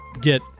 get